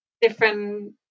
different